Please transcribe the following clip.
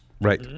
Right